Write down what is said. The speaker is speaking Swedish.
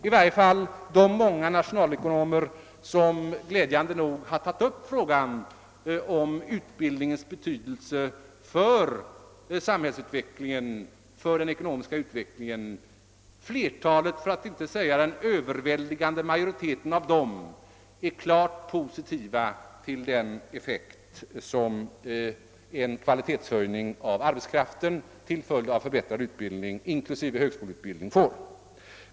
I varje fall bland de många nationalekonomer som glädjande nog har tagit upp frågan om utbildningens betydelse för samhällsutvecklingen och för den ekonomiska utvecklingen är flertalet, för att inte säga den överväldigande majoriteten, klart positiva till den effekt som en kvalitetshöjning av arbetskraften till följd av förbättrad utbildning, inklusive högskoleutbildning, får.